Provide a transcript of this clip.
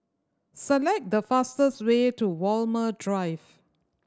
select the fastest way to Walmer Drive